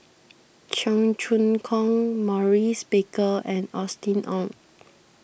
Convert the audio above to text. Cheong Choong Kong Maurice Baker and Austen Ong